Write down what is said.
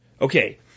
Okay